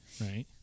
right